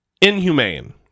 Inhumane